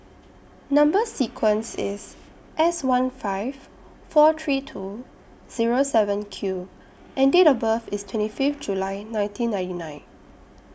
Number sequence IS S one five four three two Zero seven Q and Date of birth IS twenty Fifth July nineteen ninety nine